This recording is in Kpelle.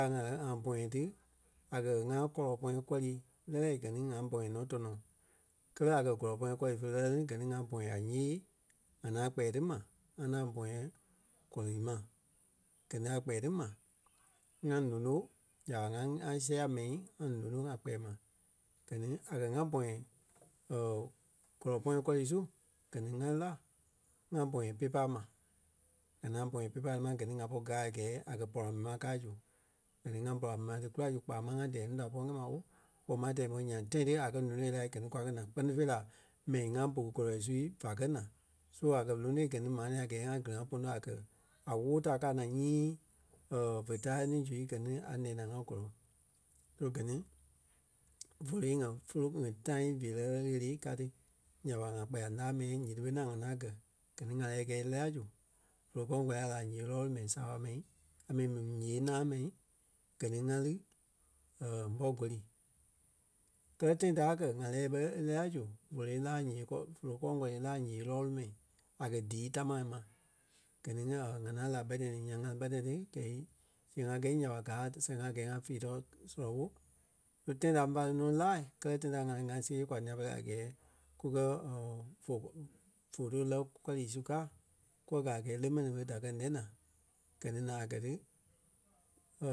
ŋa bɔ̃yɛ ti a kɛ̀ ŋa kɔlɔ pɔ̃yɛ kɔli lɛ́lɛɛ gɛ ni ŋa bɔ̃yɛ nɔ tɔnɔ. Kɛlɛ a kɛ̀ kɔlɔi pɔ̃yɛ kɔli fé lɛlɛ ní gɛ ni ŋa bɔ̃yɛ a ńyee ŋa ŋaŋ kpɛɛ ti ma ŋa ŋaŋ bɔ̃yɛ kɔlii ma. Gɛ ni a kpɛɛ ti ma ŋá nono nya ɓa ŋa- ŋa sia mɛi ŋa nono ŋa kpɛɛ ma gɛ ni a kɛ̀ ŋa bɔ̃yɛ kɔlɔ pɔ̃yɛ kɔli su gɛ ni ŋa lí la ŋa bɔ̃yɛ pay pa ma. ŋa ŋaŋ bɔ̃yɛ pay pa ma gɛ ni ŋa pɔri gáa a gɛɛ a kɛ̀ pɔra mɛni ma káa zu. Mɛni ŋa pɔra mɛni ma ti kula zu kpaa máŋ ŋa dɛɛ núu da pɔ́ ŋ́gɛ ma oo kpoma tɛɛ ḿbɔ nyaŋ tãi ti a kɛ̀ nono lai gɛ ni kwa kɛ́ naa kpɛ́ni fêi la mɛni ŋa bu kɔlɔi su fá kɛ́ naa. So a kɛ̀ lónoi gɛ ni maa nɛ̃ɛ ŋa kili-ŋa pono a kɛ̀ a woo ta káa naa nyii vé ta le ni su gɛ ni a nɛ́ɛ naa ŋa gɔlɔŋ. So gɛ ni vóloi ŋa fólo ŋai time feerɛ ɣele ka ti nya ɓa ŋa kpɛɛ la ǹa mii nyiti ɓé ŋaŋ ŋa ŋaŋ gɛ̀. Gɛ ni ŋa lɛ́ɛ gɛ̂i e lɛ́ɛ la zu vóloi kao wólai la ǹyee lɔɔlu mɛi saaɓa mɛi a mi- mi ǹyee náaŋ mɛi gɛ ni ŋa lí ḿbɔ goli. Kɛ́lɛ tãi ta a kɛ̀ ŋa lɛ́ɛ ɓé e lɛ́ɛ la zu vóloi e laa ǹyee kɔɔ vóloi kɔŋ kɔlɛ laa ǹyee lɔɔlu mɛi a kɛ̀ dii tamaa ma. Gɛ ni ŋí ŋa ŋaŋ lí la bɛ tãi ŋí nyan ŋa bɛ tãi ti gɛi sii ŋai gɛ̀i nya ɓa gáa a sɛŋ da a gɛɛ ŋa fíi-tɔɔ sɔlɔ ɓó e tãi ta fá lí nɔ́ laai kɛ́lɛ tãi ta ŋa lí ŋa see kwa nîa-pɛlɛɛ a gɛɛ kukɛ fo- foto lɛ́ kɔlii su kâa kúwɔ gáa a gɛɛ le mɛni ɓé da kɛ̀ ǹɛ naa gɛ ni naa a kɛ̀ ti